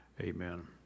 Amen